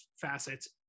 facets